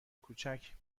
کوچک